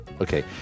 Okay